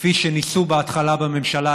כפי שניסו בהתחלה לעשות בממשלה,